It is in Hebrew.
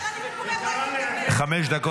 --- גברת,